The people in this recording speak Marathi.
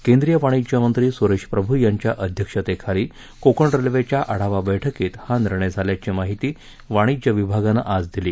केंद्रीय वाणिज्य मंत्री सुरेश प्रभू यांच्या अध्यक्षतेखाली कोकण रेल्वेच्या आढावा बैठकीत हा निर्णय झाल्याची माहिती वाणिज्य विभागानं आज दिली